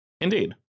Indeed